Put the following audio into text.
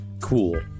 cool